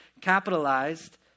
capitalized